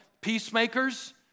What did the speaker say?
peacemakers